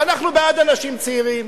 ואנחנו בעד אנשים צעירים,